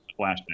flashback